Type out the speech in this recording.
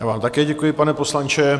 Já vám také děkuji, pane poslanče.